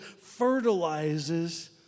fertilizes